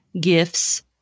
gifts